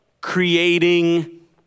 creating